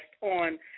on